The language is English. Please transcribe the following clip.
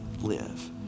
live